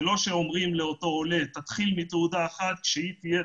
זה לא שאומרים לאותו עולה שיתחיל מתעודה אחת וכשהיא תהיה,